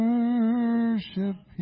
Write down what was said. Worship